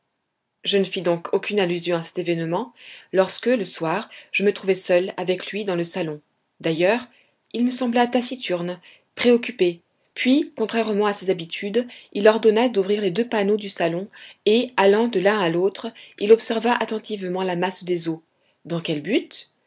je ne fis donc aucune allusion à cet événement lorsque le soir je me trouvai seul avec lui dans le salon d'ailleurs il me sembla taciturne préoccupé puis contrairement à ses habitudes il ordonna d'ouvrir les deux panneaux du salon et allant de l'un à l'autre il observa attentivement la masse des eaux dans quel but